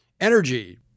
Energy